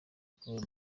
kubera